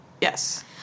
Yes